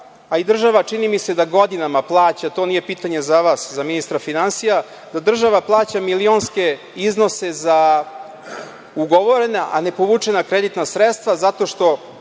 a i država čini mi se da godinama plaća, to nije pitanje za vas, za ministra finansija, da država plaća milionske iznose za ugovorena a nepovučena kreditna sredstva zato što